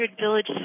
village